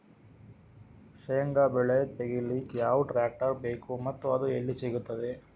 ಶೇಂಗಾ ಬೆಳೆ ತೆಗಿಲಿಕ್ ಯಾವ ಟ್ಟ್ರ್ಯಾಕ್ಟರ್ ಬೇಕು ಮತ್ತ ಅದು ಎಲ್ಲಿ ಸಿಗತದ?